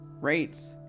Rates